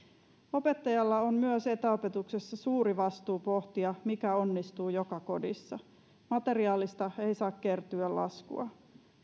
opettajalla on myös etäopetuksessa suuri vastuu pohtia mikä onnistuu joka kodissa materiaalista ei saa kertyä laskua